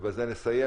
ובזה נסיים.